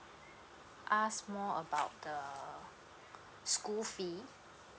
ask more about the school fee